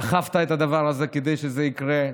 דחפת את הדבר הזה כדי שזה יקרה,